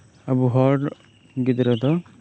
ᱟᱵᱚ ᱦᱚᱲ ᱜᱤᱫᱽᱨᱟᱹ ᱫᱚ